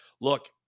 look